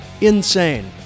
insane